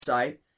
site